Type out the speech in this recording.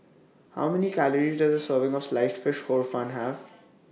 How Many Calories Does A Serving of Sliced Fish Hor Fun Have